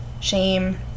shame